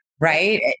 right